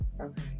okay